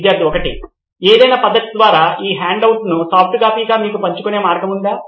student 1 ఏదైనా పద్ధతి ద్వారా ఈ హ్యాండ్అవుట్ను సాఫ్ట్ కాపీగా మీకు పంచుకునే మార్గం ఉందా